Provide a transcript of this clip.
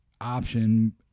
option